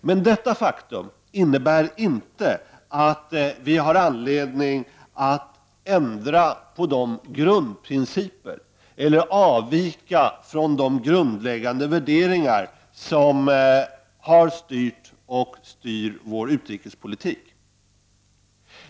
Men detta faktum innebär inte att vi har anledning att ändra på de grundprinciper, eller avvika från de grundläggande värderingar, som har styrt och styr vår utrikespolitik.